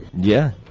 yeah.